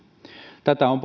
tätä muutosta on